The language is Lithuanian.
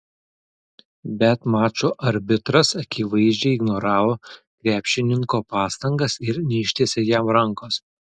bet mačo arbitras akivaizdžiai ignoravo krepšininko pastangas ir neištiesė jam rankos